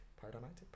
paradigmatic